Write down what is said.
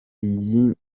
iyi